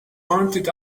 pointed